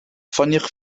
ffoniwch